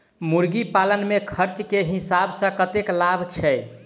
मुर्गी पालन मे खर्च केँ हिसाब सऽ कतेक लाभ छैय?